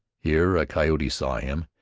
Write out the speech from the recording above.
here a coyote saw him,